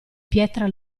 pietra